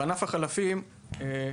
בענף החלפים אנחנו